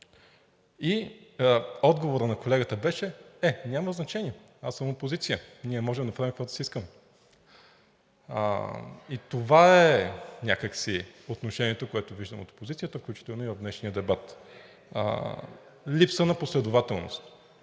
Отговорът на колегата беше: „Е, няма значение, аз съм опозиция, ние можем да правим каквото си искаме.“ Това е някак си отношението, което виждам от опозицията, включително и от днешния дебат. (Реплики.) Липса на последователност,